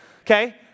okay